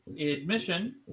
Admission